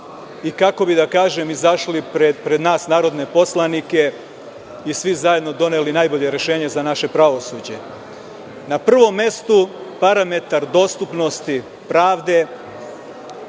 i kako bi izašli pred nas narodne poslanike i svi zajedno doneli najbolje rešenje za naše pravosuđe. Na prvom mestu – parametar dostupnosti pravde